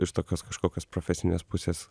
iš tokios kažkokios profesinės pusės